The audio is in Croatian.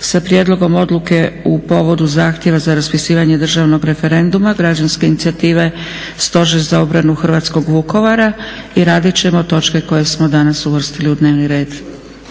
sa prijedlogom odluke u povodu zahtjeva za raspisivanje državnog referenduma Građanske inicijative Stožer za obranu Hrvatskog Vukovara i radit ćemo točke koje smo danas uvrstili u dnevni red.